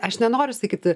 aš nenoriu sakyt